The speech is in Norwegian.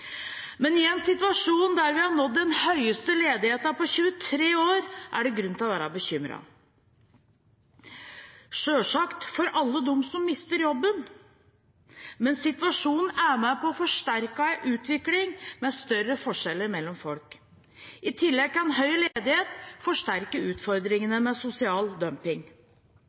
Men i en situasjon der vi har nådd den høyeste ledigheten på 23 år, er det grunn til å være bekymret – selvsagt for alle dem som mister jobben, men situasjonen er med på å forsterke en utvikling med større forskjeller mellom folk. I tillegg kan høy ledighet forsterke utfordringene med sosial dumping.